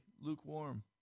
lukewarm